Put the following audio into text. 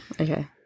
okay